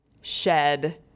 shed